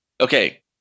Okay